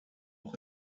явах